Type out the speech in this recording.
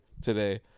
today